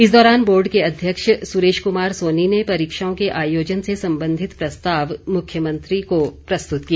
इस दौरान बोर्ड के अध्यक्ष सुरेश कुमार सोनी ने परीक्षाओं के आयोजन से संबंधित प्रस्ताव मुख्यमंत्री को प्रस्तुत किया